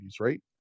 right